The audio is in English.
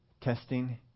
testing